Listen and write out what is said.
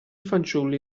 fanciulli